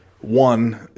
one